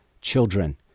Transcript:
children